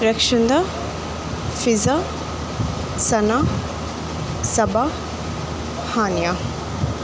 Rakhshanda Fiza Sana Saba Hania